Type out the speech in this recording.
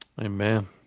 Amen